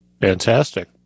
Fantastic